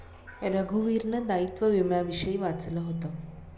रघुवीरने दायित्व विम्याविषयी वाचलं होतं